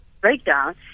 breakdown